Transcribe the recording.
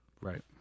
Right